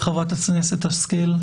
חברת הכנסת השכל?